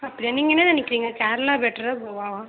அப்படியா நீங்கள் என்ன நினைக்கிறீங்க கேரளா பெட்டரா கோவாவா